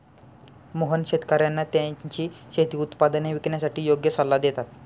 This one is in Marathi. मोहन शेतकर्यांना त्यांची शेती उत्पादने विकण्यासाठी योग्य सल्ला देतात